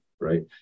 right